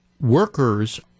workers